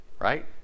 right